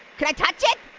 can i touch it?